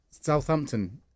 Southampton